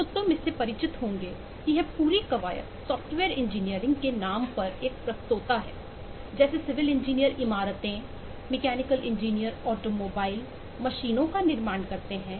तो तुम इससे परिचित होंगे कि यह पूरी कवायद सॉफ्टवेयर इंजीनियरिंग के नाम पर एक प्रस्तोता है जैसे सिविल इंजीनियर इमारतें मैकेनिकल इंजीनियर ऑटोमोबाइल मशीनों का निर्माण करते हैं